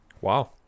Wow